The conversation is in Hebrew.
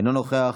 אינו נוכח,